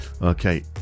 Okay